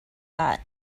that